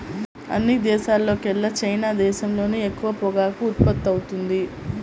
అన్ని దేశాల్లోకెల్లా చైనా దేశంలోనే ఎక్కువ పొగాకు ఉత్పత్తవుతుంది